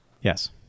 Yes